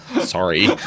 Sorry